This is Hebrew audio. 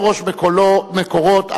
רבותי,